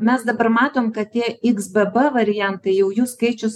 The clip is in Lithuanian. mes dabar matom kad tie iks b b variantai jau jų skaičius